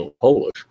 Polish